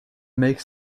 makes